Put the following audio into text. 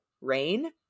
rain